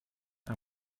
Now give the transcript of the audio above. and